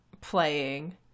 playing